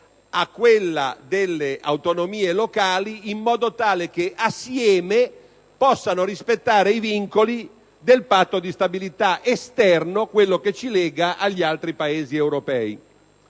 a quella delle autonomie locali in modo tale che assieme possano rispettare i vincoli del Patto di stabilità esterno, quello che ci lega agli altri Paesi europei.